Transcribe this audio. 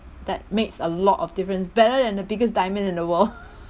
that makes a lot of difference better than the biggest diamond in the world